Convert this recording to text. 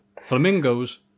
flamingos